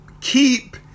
Keep